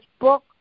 book